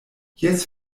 jes